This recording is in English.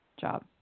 job